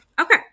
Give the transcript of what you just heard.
okay